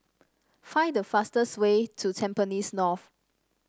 find the fastest way to Tampines North